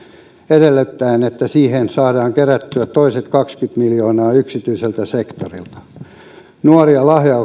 edellyttäen että siihen saadaan kerättyä toiset kaksikymmentä miljoonaa yksityiseltä sektorilta myös nuoria lahjakkuuksia